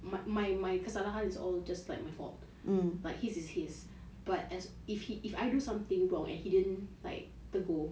my my kesalahan is all just like my fault but his is his but if I do something wrong and he didn't like tegur